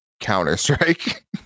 counter-strike